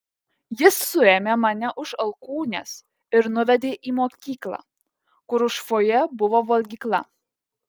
jis suėmė mane už alkūnės ir nuvedė į mokyklą kur už fojė buvo valgykla